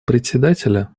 председателя